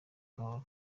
gahoro